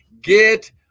get